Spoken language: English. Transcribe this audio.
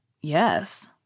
Yes